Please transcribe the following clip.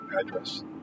address